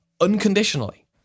unconditionally